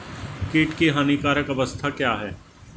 कीट की हानिकारक अवस्था क्या है?